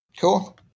Cool